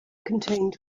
contained